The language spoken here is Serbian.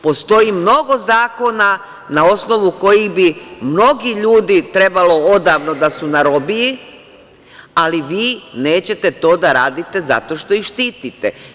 Postoji mnogo zakona na osnovu kojih bi mnogi ljudi trebalo odavno da su na robiji, ali vi nećete to da radite zato što ih štitite.